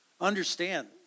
Understand